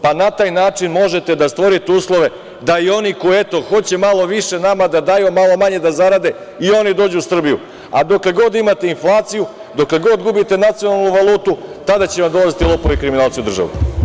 Pa, na taj način možete da stvorite uslove da i oni, koji, eto, hoće malo više nama da daju, a malo manje da zarade i oni dođu u Srbiju, a dokle god imate inflaciju, dokle god gubite nacionalnu valutu, tada će vam dolaziti lopovi i kriminalci u državu.